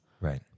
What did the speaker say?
Right